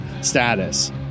status